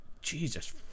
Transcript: Jesus